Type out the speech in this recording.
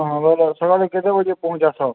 ହଁ ବେଲେ ସକାଳେ କେତେ ବଜେ ପହଁଞ୍ଚାସ